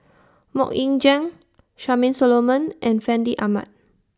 Mok Ying Jang Charmaine Solomon and Fandi Ahmad